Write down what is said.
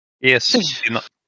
Yes